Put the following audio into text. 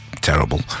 terrible